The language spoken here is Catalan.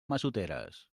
massoteres